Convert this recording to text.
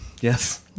Yes